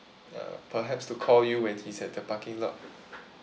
uh perhaps to call you when he's at the parking lot